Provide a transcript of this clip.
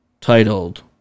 titled